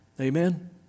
Amen